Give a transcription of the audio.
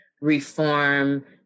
reform